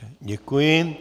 Děkuji.